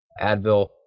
Advil